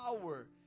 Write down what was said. power